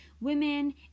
women